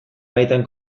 baitan